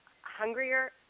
hungrier